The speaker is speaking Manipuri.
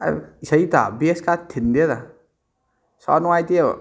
ꯏꯁꯩ ꯇꯥꯕ ꯕꯦꯖꯀ ꯊꯤꯟꯗꯦꯗ ꯁꯥꯎꯟ ꯅꯨꯡꯉꯥꯏꯇꯦꯕ